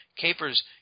Capers